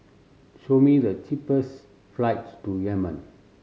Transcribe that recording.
show me the cheapest flights to Yemen